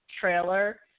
trailer